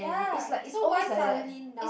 ya so why suddenly now